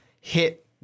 hit